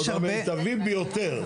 יש הרבה --- ועוד "המיטבי ביותר".